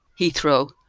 Heathrow